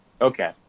okay